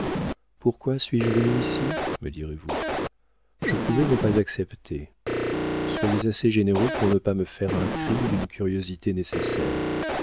pourquoi suis-je venue ici me direz-vous je pouvais ne pas accepter soyez assez généreux pour ne pas me faire un crime d'une curiosité nécessaire